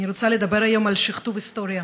אני רוצה לדבר היום על שכתוב ההיסטוריה.